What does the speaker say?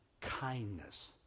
kindness